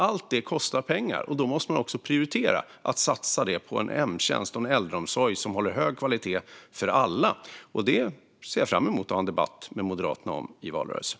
Allt detta kostar pengar, och då måste man också prioritera och satsa på en hemtjänst och en äldreomsorg som håller hög kvalitet för alla. Och jag ser fram emot att ha en debatt med Moderaterna om detta i valrörelsen.